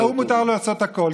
מותר לו לעשות הכול,